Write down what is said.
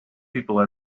people